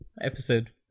Episode